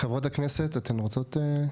חברות הכנסת, אתן רוצות?